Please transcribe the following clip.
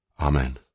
Amen